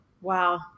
Wow